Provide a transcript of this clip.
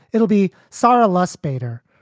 it'll be sara lustbader,